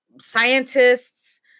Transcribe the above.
scientists